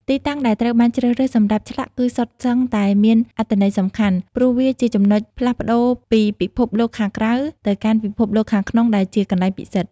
ទីតាំងដែលត្រូវបានជ្រើសរើសសម្រាប់ឆ្លាក់គឺសុទ្ធសឹងតែមានអត្ថន័យសំខាន់ ព្រោះវាជាចំណុចផ្លាស់ប្តូរពីពិភពលោកខាងក្រៅទៅកាន់ពិភពលោកខាងក្នុងដែលជាកន្លែងពិសិដ្ឋ។